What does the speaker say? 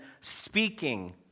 speaking